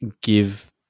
give